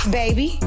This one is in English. baby